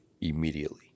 immediately